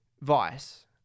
Vice